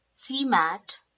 CMAT